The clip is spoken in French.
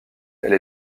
elle